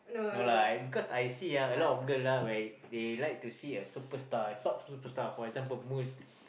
no lah because I see ah a lot of girl ah where they like to see a superstar top superstar for example Muse